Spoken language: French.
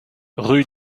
rue